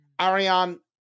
Ariane